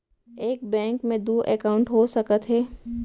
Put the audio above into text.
एक बैंक में दू एकाउंट हो सकत हे?